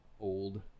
old